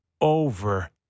over